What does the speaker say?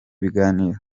biganiro